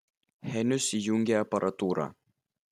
henius įjungė aparatūrą